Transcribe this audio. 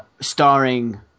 Starring